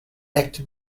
actor